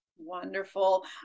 Wonderful